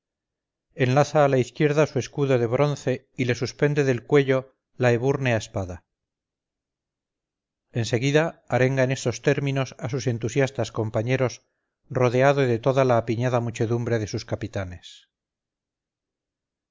enlaza a la izquierda su escudo de bronce y le suspende del cuello la ebúrnea espada en seguida arenga en estos términos a sus entusiastas compañeros rodeado de toda la apiñada muchedumbre de sus capitanes